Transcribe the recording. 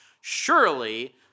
surely